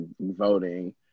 voting